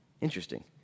Interesting